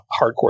hardcore